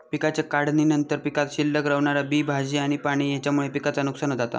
पिकाच्या काढणीनंतर पीकात शिल्लक रवणारा बी, भाजी आणि पाणी हेच्यामुळे पिकाचा नुकसान जाता